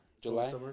July